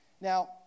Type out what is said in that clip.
Now